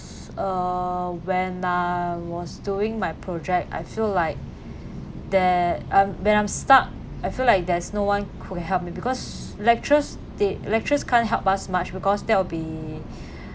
uh when I was doing my project I feel like that uh when I'm stuck I feel like there's no one could help me because lectures they lectures can't help us much because that will be